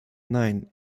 nein